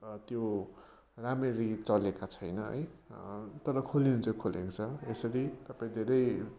त्यो राम्ररी चलेका छैन है तर खोलिन चाहिँ खोलिएको यसरी तपाईँ धेरै